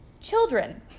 children